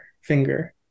finger